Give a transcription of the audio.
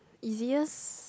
easiest